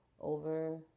over